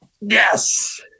Yes